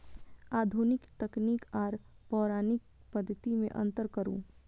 आधुनिक तकनीक आर पौराणिक पद्धति में अंतर करू?